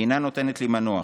אינה נותנת לי מנוח,